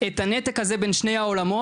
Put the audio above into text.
את הנתק הזה בין שני העולמות